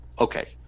Okay